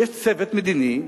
ויש צוות מדיני,